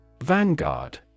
Vanguard